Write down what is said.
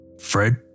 Fred